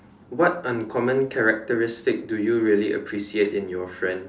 what uncommon characteristic do you really appreciate in your friends